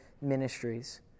ministries